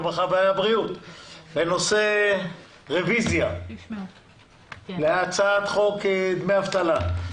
הרווחה והבריאות בנושא רביזיה להצעת חוק דמי אבטלה.